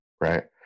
right